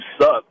suck